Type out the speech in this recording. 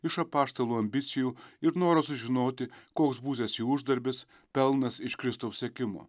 iš apaštalų ambicijų ir noro sužinoti koks būsiąs jų uždarbis pelnas iš kristaus sekimo